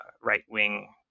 right-wing